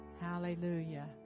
Hallelujah